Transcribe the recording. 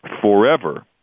forever